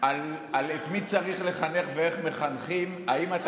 על את מי צריך לחנך ואיך מחנכים האם אתה